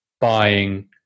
buying